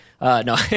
No